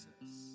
Jesus